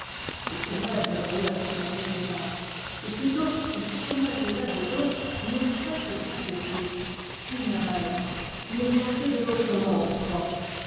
des ténèbres d'ailleurs qui n'en étaient pas ou plu tôt il surnageait là dedans une espèce de clarté triste funé raire une clarté de l'autre monde quoi